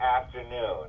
afternoon